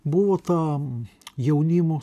buvo tam jaunimo